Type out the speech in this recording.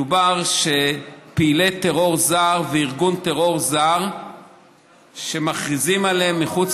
מדובר בכך שפעילי טרור זרים וארגון טרור זר שמכריזים עליהם מחוץ